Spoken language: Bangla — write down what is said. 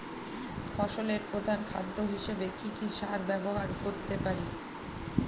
ফসলের প্রধান খাদ্য হিসেবে কি কি সার ব্যবহার করতে পারি?